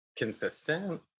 consistent